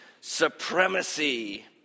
Supremacy